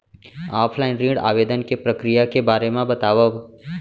Offline ऋण आवेदन के प्रक्रिया के बारे म बतावव?